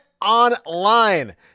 Online